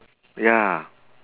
ya